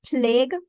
plague